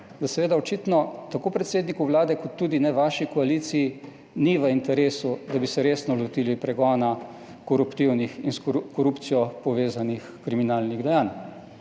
da seveda očitno tako predsedniku Vlade, kot tudi ne vaši koaliciji ni v interesu, da bi se resno lotili pregona koruptivnih in s korupcijo povezanih kriminalnih dejanj.